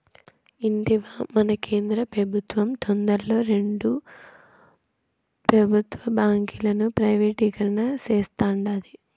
ఇంటివా, మన కేంద్ర పెబుత్వం తొందరలో రెండు పెబుత్వ బాంకీలను ప్రైవేటీకరణ సేస్తాండాది